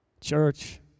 Church